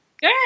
Good